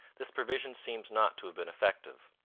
this provision seems not to have been effective.